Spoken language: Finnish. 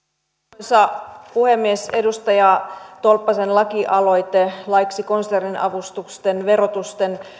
arvoisa puhemies edustaja tolppasen lakialoite laiksi konserniavustusten verotusten